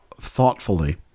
thoughtfully